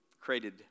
created